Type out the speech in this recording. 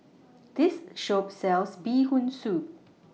This Shop sells Bee Hoon Soup